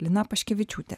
lina paškevičiūtė